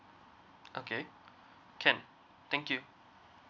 okay can thank you